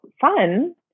fun